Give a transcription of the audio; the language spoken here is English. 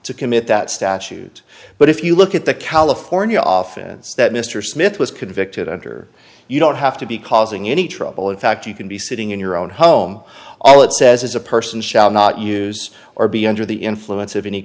to commit that statute but if you look at the california oftens that mr smith was convicted under you don't have to be causing any trouble in fact you can be sitting in your own home all it says is a person shall not use or be under the influence of any